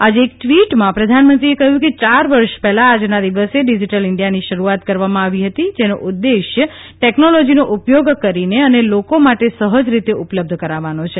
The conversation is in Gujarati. આજે એક ટવીટમાં પ્રધાનમંત્રીએ કહ્યું કે ચાર વર્ષ પહેલા આજના દિવસે ડિજીટલ ઇન્ડિયાની શરૂઆત કરવામાં આવી હતી આનો ઉધ્યેશ ટેકનોલોજીનો ઉપયોગ કરીને અને લોકો માટે સહજ રીતે ઉપલબ્ધ કરાવવાનો છે